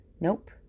Nope